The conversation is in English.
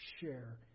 share